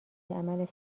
عمل